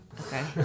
Okay